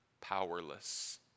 powerless